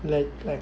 like like